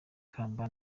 ikamba